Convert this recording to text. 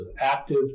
active